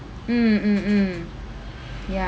mm mm mm yes